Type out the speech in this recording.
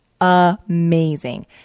amazing